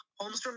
Holmstrom